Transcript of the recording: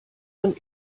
man